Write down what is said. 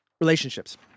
Relationships